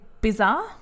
Bizarre